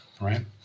right